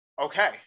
okay